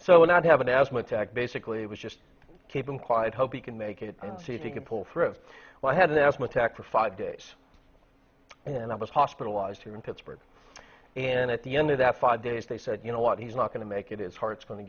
i'd have an asthma attack basically it was just keep them quiet hope you can make it and see if you can pull through if i had an asthma attack for five days and then i was hospitalized here in pittsburgh and at the end of that five days they said you know what he's not going to make it it's heart's going to